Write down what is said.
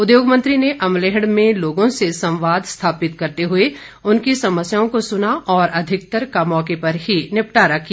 उद्योग मंत्री ने अमलेहड़ में लोगों से संवाद स्थापित करते हुए उनकी समस्याओं को सुना और आधिकतर का मौके पर ही निपटारा किया